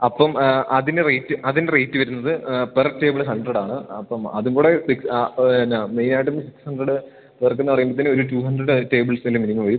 അപ്പം അതിന് റേറ്റ് അതിൻ റേറ്റ് വരുന്നത് പെർ ടേബിള് ഹൺഡ്രഡാണ് അപ്പം അതും കൂടെ ഫിക്സ് ആ എന്നാൽ മെയ്നായിട്ടും ഹൺഡ്രഡ് പേർക്കെന്ന് പറയുമ്പോഴ്ത്തേനൊരു ടൂ ഹൺഡ്രഡ് ടേബിൾസിൽ മിനിമ വരും